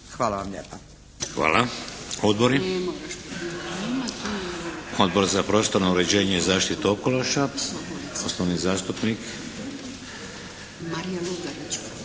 Hvala vam lijepa.